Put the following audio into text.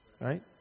Right